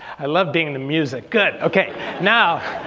i love being in the music, good okay now.